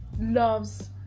loves